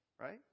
right